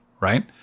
right